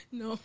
no